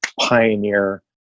pioneer